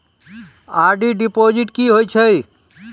RD deposit की होय छै?